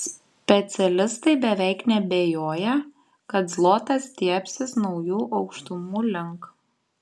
specialistai beveik neabejoja kad zlotas stiebsis naujų aukštumų link